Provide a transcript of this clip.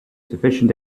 sufficient